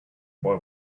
boy